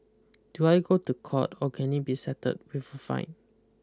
do I go to court or can it be settled with a fine